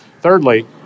Thirdly